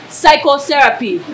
psychotherapy